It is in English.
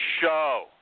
show